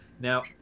Now